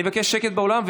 אני אבקש שקט באולם.